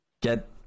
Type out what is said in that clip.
get